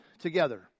together